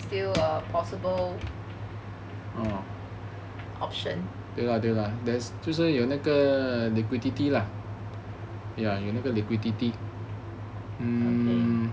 still a possible option